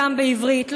גם בעברית,